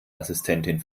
assistentin